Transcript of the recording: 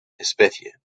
especie